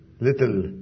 little